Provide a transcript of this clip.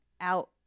out